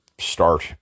start